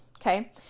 okay